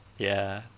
ya